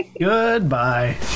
goodbye